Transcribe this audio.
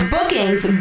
Bookings